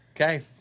Okay